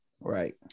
Right